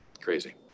Crazy